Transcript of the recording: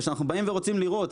וכשאנחנו באים ורוצים לראות,